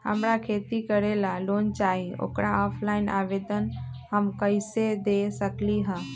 हमरा खेती करेला लोन चाहि ओकर ऑफलाइन आवेदन हम कईसे दे सकलि ह?